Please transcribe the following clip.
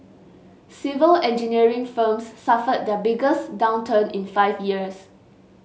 civil engineering firms suffered their biggest downturn in five years